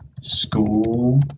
School